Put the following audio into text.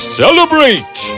celebrate